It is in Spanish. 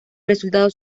resultados